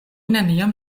neniam